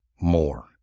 more